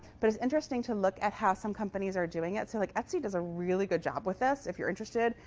but it's interesting to look at how some companies are doing it. so like etsy does a really good job with this. if you're interested,